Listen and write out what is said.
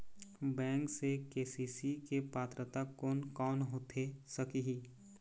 Bank से KCC के पात्रता कोन कौन होथे सकही?